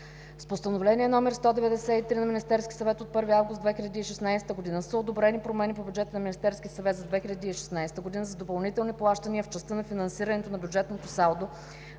С Постановление № 193 на Министерския съвет от 1 август 2016 г. са одобрени промени по бюджета на Министерския съвет за 2016 г. за допълнителни плащания в частта на финансирането на бюджетното салдо